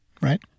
right